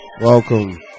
Welcome